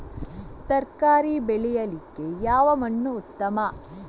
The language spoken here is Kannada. ತರಕಾರಿ ಬೆಳೆಯಲಿಕ್ಕೆ ಯಾವ ಮಣ್ಣು ಉತ್ತಮ?